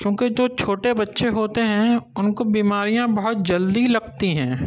کیونکہ جو چھوٹے بچے ہوتے ہیں اُن كو بیماریاں بہت جلدی لگتی ہیں